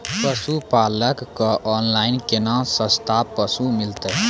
पशुपालक कऽ ऑनलाइन केना सस्ता पसु मिलतै?